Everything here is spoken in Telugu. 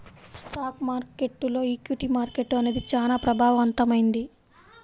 స్టాక్ మార్కెట్టులో ఈక్విటీ మార్కెట్టు అనేది చానా ప్రభావవంతమైంది